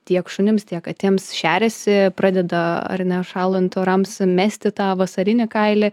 tiek šunims tiek katėms šeriasi pradeda ar ne šąlant orams mesti tą vasarinį kailį